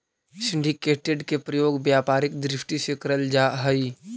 syndicated के प्रयोग व्यापारिक दृष्टि से करल जा हई